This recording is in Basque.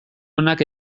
onak